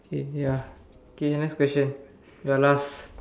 eh ya K next question your last